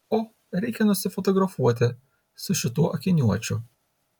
o reikia nusifotografuoti su šituo akiniuočiu